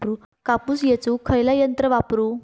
कापूस येचुक खयला यंत्र वापरू?